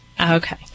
Okay